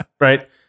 right